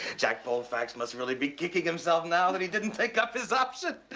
jack polefax must really be kicking himself now that he didn't take up his option.